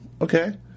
Okay